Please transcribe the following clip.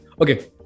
Okay